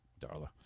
Darla